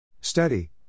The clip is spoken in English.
Study